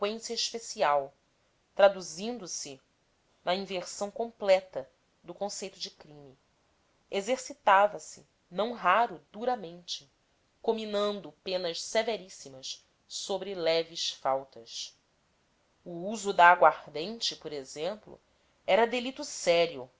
delinqüência especial traduzindo se na inversão completa do conceito do crime exercitava se não raro duramente cominando penas severíssimas sobre leves faltas o uso da aguardente por exemplo era delito sério